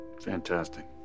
Fantastic